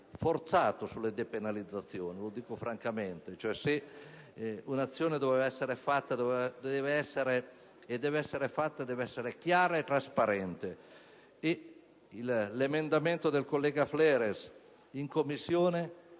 forzato sulle depenalizzazioni, lo dico francamente. Se un'azione deve essere fatta, deve essere chiara e trasparente. L'emendamento del collega Fleres in Commissione